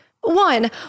One